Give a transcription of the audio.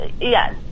yes